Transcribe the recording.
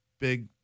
big